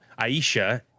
Aisha